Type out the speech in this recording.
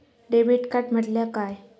Debit card म्हटल्या काय?